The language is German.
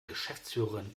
geschäftsführerin